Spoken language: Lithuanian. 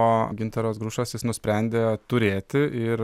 o gintaras grušas jis nusprendė turėti ir